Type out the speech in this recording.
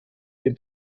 den